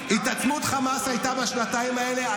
התעצמות חמאס הייתה בשנתיים האלה?